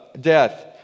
death